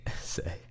say